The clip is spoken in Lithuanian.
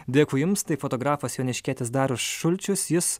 dėkui jums tai fotografas joniškietis darius šulčius jis